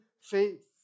faith